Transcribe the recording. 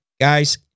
guys